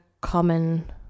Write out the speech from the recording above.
common